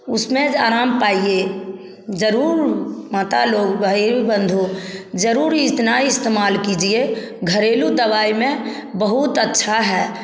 उसमें आराम पाएं जरूर माता लोग भाई बंधु जरूर इतना इस्तेमाल कीजिए घरेलू दवाई में बहुत अच्छा है